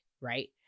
right